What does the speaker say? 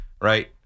right